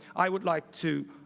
i would like to